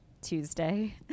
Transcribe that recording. Tuesday